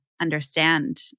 understand